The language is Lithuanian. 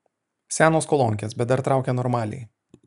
senos kolonkės bet dar traukia normaliai